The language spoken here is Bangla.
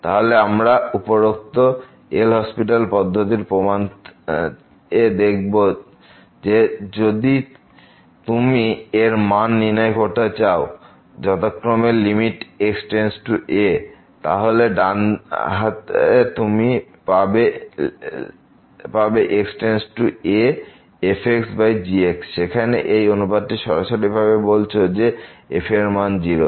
তাহলে আমরা উপরোক্ত এল হসপিটাল পদ্ধতির প্রমাণে দেখব যে তুমি যদি এর মান নির্ণয় করতে চাও যথাক্রমে লিমিট x→a তাহলে ডান হাতে তুমি পাবে x→a f g যেখানে এই অনুপাতটি সরাসরি ভাবে বলছে যে f এর মান 0